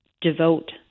devote